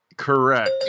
correct